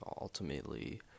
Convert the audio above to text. ultimately